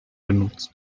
genutzt